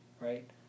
right